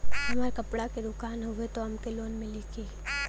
हमार कपड़ा क दुकान हउवे त हमके लोन मिली का?